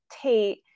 Tate